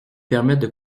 permettre